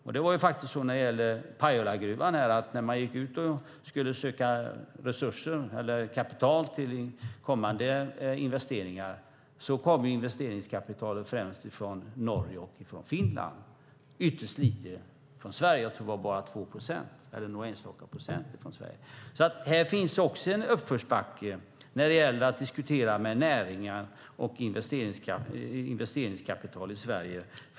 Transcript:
I fråga om Pajalagruvan framgick det att när gruvan sökte resurser, kapital, till kommande investeringar kom investeringskapitalet främst från Norge och Finland, ytterst lite från Sverige, några enstaka procent. Det finns en uppförsbacke i fråga om att diskutera investeringskapital med näringar i Sverige.